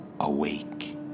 awake